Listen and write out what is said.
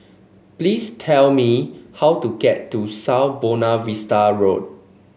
please tell me how to get to South Buona Vista Road